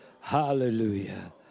Hallelujah